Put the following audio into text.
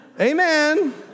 Amen